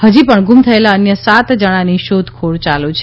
હજી પણ ગુમ થયેલા અન્ય સાત જણની શોધખોળ યાલુ છે